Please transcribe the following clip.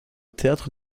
théâtre